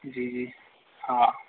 जी जी हा